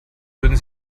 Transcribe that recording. würden